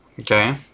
Okay